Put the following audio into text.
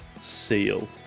seal